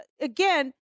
again